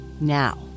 Now